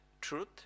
truth